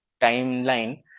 timeline